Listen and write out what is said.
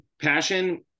passion